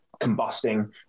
combusting